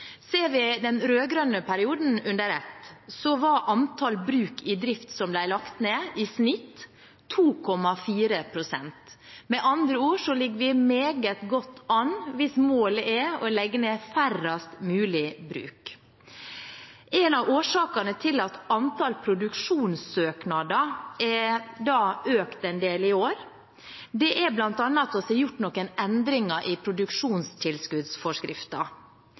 Ser vi den rød-grønne perioden under ett, utgjorde antall bruk i drift som ble lagt ned, i snitt 2,4 pst. Med andre ord ligger vi meget godt an hvis målet er å legge ned færrest mulige bruk. En av årsakene til at antall produksjonssøknader har økt en del i år, er at vi har gjort noen endringer i